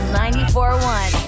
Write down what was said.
94.1